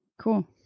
Cool